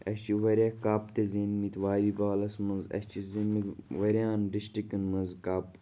اَسہِ چھِ واریاہ کَپ تہِ زیٖنۍ مٕتۍ والی بالَس منٛز اَسہِ چھِ زیٖنۍ مٕتۍ واریاہَن ڈِسٹِرٛکَن منٛز کَپ